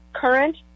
current